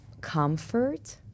Comfort